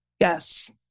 Yes